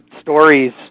stories